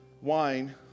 wine